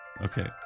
Okay